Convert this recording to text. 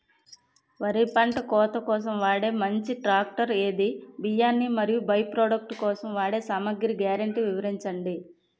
వరి పంట కోత కోసం వాడే మంచి ట్రాక్టర్ ఏది? బియ్యాన్ని మరియు బై ప్రొడక్ట్ కోసం వాడే సామాగ్రి గ్యారంటీ వివరించండి?